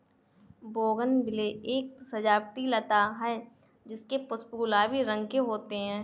bougainvillea एक सजावटी लता है जिसके पुष्प गुलाबी रंग के होते है